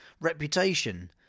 reputation